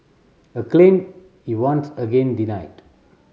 a claim he once again denied